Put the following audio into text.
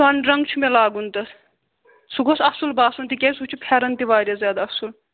سۄنہٕ رنٛگ چھُ مےٚ لاگُن تَتھ سُہ گوٚژھ اَصٕل باسُن تِکیٛازِ سُہ چھُ پھٮ۪رَن تہِ واریاہ زیادٕ اَصٕل